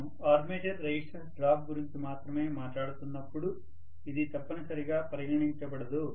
నేను armature resistance drop గురించి మాత్రమే మాట్లాడుతున్నప్పుడు ఇది తప్పనిసరిగా పరిగణించబడదు